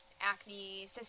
acne